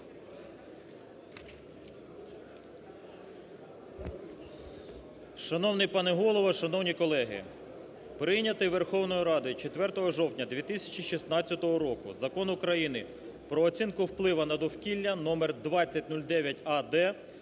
Шановний пане Голово, шановні колеги. Прийнятий Верховною Радою 4 жовтня 2016 року Закон України "Про оцінку впливу на довкілля" (номер 2009а-д)